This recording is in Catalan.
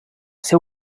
seu